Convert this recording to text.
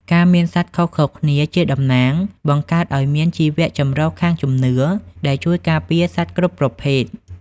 ការមានសត្វខុសៗគ្នាជាតំណាង បង្កើតឱ្យមាន "ជីវចម្រុះខាងជំនឿ" ដែលជួយការពារសត្វគ្រប់ប្រភេទ។